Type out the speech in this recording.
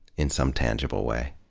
in some tangible way.